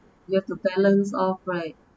you have to balance off right